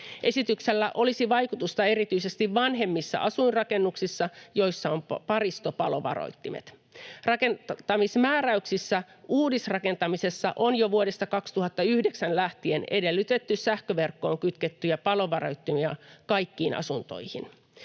Esityksellä olisi vaikutusta erityisesti vanhemmissa asuinrakennuksissa, joissa on paristopalovaroittimet. Rakennuttamismääräyksissä on jo vuodesta 2009 lähtien edellytetty uudisrakentamisessa sähköverkkoon kytkettyjä palovaroittimia kaikkiin asuntoihin.